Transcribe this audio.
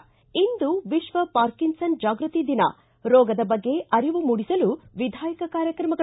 ಿ ಇಂದು ವಿಶ್ವ ಪಾರ್ಕಿನ್ ಸನ್ ಜಾಗೃತಿ ದಿನ ರೋಗದ ಬಗ್ಗೆ ಅರಿವು ಮೂಡಿಸಲು ವಿಧಾಯಕ ಕಾರ್ಯಕ್ರಮಗಳು